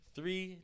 Three